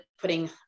putting